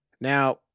Now